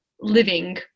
living